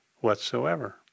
whatsoever